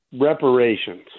reparations